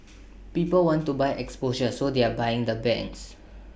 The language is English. people want to buy exposure so they're buying the banks